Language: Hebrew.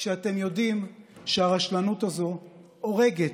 כשאתם יודעים שהרשלנות הזאת הורגת.